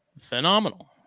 phenomenal